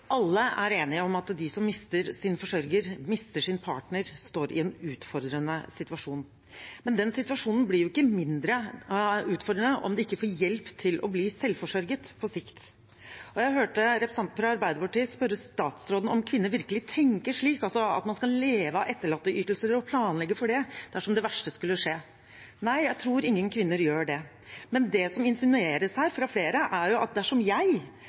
utfordrende situasjon, men den situasjonen blir jo ikke mindre utfordrende om de ikke får hjelp til å bli selvforsørget på sikt. Jeg hørte representanten fra Arbeiderpartiet spørre statsråden om kvinner virkelig tenker slik, altså at man skal leve av etterlatteytelser og planlegge for det, dersom det verste skulle skje? Nei, jeg tror ingen kvinner gjør det. Men det som insinueres her fra flere, er jo at dersom jeg